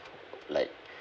like